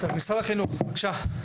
לירון ממשרד החינוך, בבקשה.